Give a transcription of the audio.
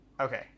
Okay